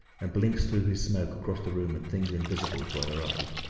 and blinks through his smoke across the room at things invisible to other eyes.